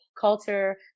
culture